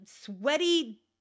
sweaty